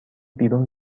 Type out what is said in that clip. بیرون